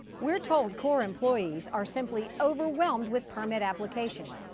we're told corps employees are simply overwhelmed with permit applications.